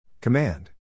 Command